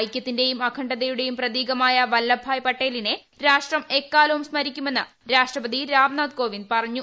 ഐക്യത്തിന്റെയും അഖണ്ഡതയുടെയും പ്രതീകമായ വല്ലഭായ് പട്ടേലിനെ രാഷ്ട്രം എക്കാലവും സ്മരിക്കുമെന്ന് രാഷ്ട്രപതി രാംനാഥ് കോവിന്ദ് പറഞ്ഞു